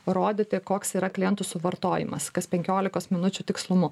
rodyti koks yra klientų suvartojimas kas penkiolikos minučių tikslumu